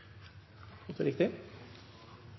vet, er